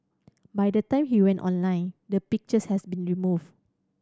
by the time he went online the pictures has been removed